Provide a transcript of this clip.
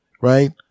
right